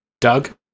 Doug